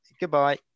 Goodbye